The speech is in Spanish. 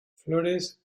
flores